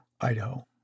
Idaho